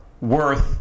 worth